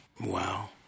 Wow